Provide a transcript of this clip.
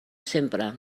sempre